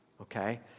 okay